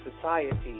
Society